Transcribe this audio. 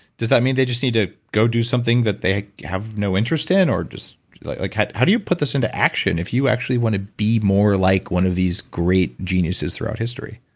does that mean they just need to go do something that they have no interest in or like like how how do you put this into action if you actually want to be more like one of these great geniuses throughout history?